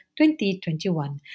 2021